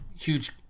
huge